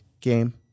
game